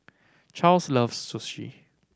Charles loves Sushi